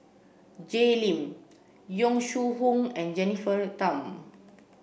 Jay Lim Yong Shu Hoong and Jennifer Tham